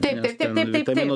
taip taip taip taip taip taip